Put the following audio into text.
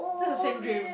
that's the same dream